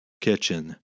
kitchen